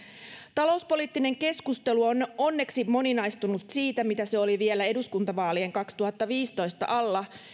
talouspoliittinen keskustelu on onneksi moninaistunut siitä mitä se oli vielä eduskuntavaalien kaksituhattaviisitoista alla